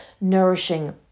nourishing